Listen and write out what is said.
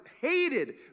hated